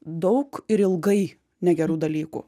daug ir ilgai negerų dalykų